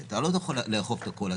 כי אתה לא יכול לאכוף את הכול,